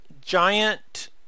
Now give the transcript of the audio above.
giant